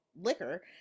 liquor